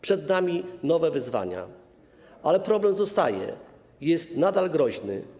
Przed nami nowe wyzwania, ale problem zostaje, jest nadal groźny.